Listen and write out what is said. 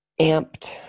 amped